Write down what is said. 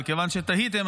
אבל מכיוון שתהיתם,